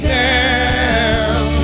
down